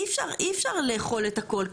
אי אפשר לאכול את הכל.